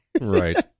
Right